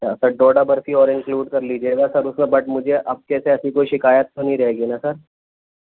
اچھا سر ڈوڈا برفی اور انکلیوڈ کر لیجیے گا سر اس میں بٹ مجھے اب کیسے ایسی کوئی شکایت تو نہیں رہے گی نا سر